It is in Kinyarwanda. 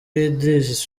idris